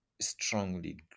strongly